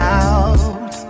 out